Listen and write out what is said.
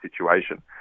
situation